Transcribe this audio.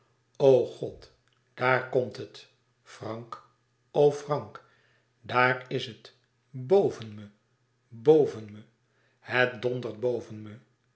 o god daar komt het frank o frank daar is het boven me boven me het dondert boven me